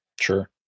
Sure